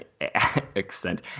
Accent